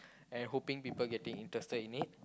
and hoping people getting interested in it